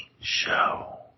Show